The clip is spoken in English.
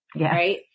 Right